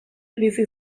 bizi